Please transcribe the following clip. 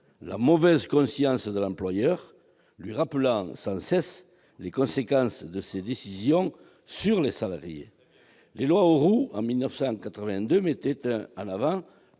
la mauvaise conscience de l'employeur, lui rappelant sans cesse les conséquences de ses décisions sur les salariés. » Très bien ! Les lois Auroux de 1982 mettaient en avant